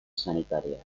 sanitaria